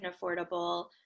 affordable